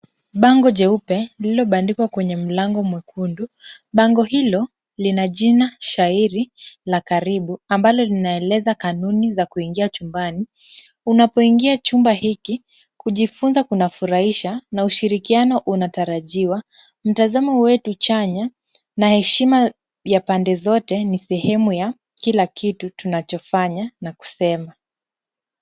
Bango jeupe lililobandikwa kwenye mlango mwekundu. Bango hilo lina jina shairi la karibu, ambalo linaeleza kanuni za kuingia chumbani. Unapoingia chumba hiki, kujifunza kunafurahisha na ushirikiano unatarajiwa. Mtazamo wetu chanya na heshima ya pande zote ni sehemu ya kila kitu tunachofanya na kusema.